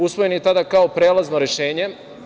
Usvojen je tada kao prelazno rešenje.